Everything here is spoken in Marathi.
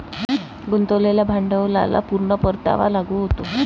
गुंतवलेल्या भांडवलाला पूर्ण परतावा लागू होतो